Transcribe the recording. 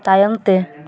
ᱛᱟᱭᱚᱢᱛᱮ